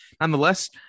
nonetheless